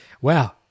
wow